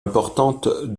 importante